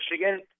Michigan